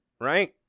right